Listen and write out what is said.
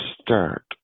start